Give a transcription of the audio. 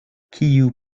kiu